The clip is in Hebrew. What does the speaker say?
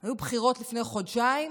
היו בחירות לפני חודשיים,